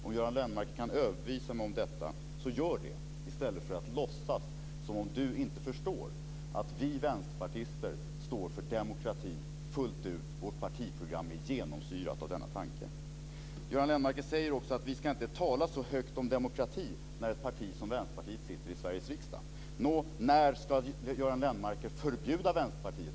Om Göran Lennmarker kan överbevisa mig om detta, så gör det i stället för att låtsas som om han inte förstår att vi vänsterpartister står för demokrati fullt ut! Vårt partiprogram är genomsyrat av denna tanke. Göran Lennmarker säger också att vi inte ska tala så högt om demokrati när ett parti som Vänsterpartiet sitter i Sveriges riksdag. När ska Göran Lennmarker förbjuda Vänsterpartiet?